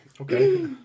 Okay